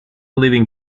leaving